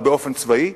לפגוע בישראל.